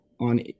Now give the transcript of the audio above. on